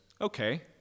okay